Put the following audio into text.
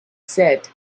said